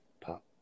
pop